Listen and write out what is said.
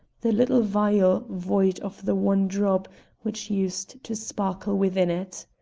the little vial void of the one drop which used to sparkle within it.